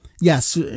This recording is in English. Yes